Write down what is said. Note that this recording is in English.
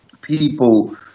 people